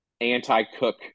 anti-cook